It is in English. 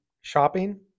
shopping